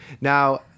now